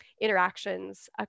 interactions